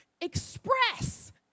express